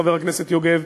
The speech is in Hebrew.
חבר הכנסת יוגב,